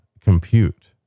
compute